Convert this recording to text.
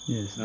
Yes